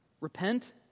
Repent